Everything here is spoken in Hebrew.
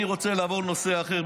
אני רוצה לעבור לנושא אחר,